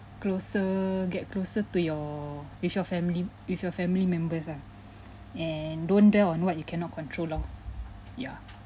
closer to your with your family with your family members ah and don't dwell on what you cannot control loh ya